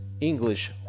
english